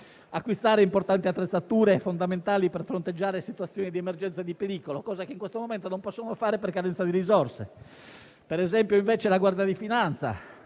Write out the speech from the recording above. acquistare importanti attrezzature, fondamentali per fronteggiare situazioni di emergenza e di pericolo, cosa che in questo momento non possono fare per carenza di risorse. Invece, per la Guardia di finanza,